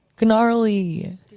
Gnarly